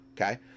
okay